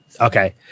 Okay